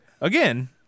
Again